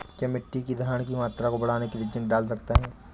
क्या मिट्टी की धरण की मात्रा बढ़ाने के लिए जिंक डाल सकता हूँ?